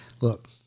look